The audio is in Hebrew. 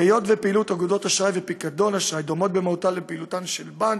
היות שפעילות אגודות אשראי ופיקדון אשראי דומה במהותה לפעילותן של בנק,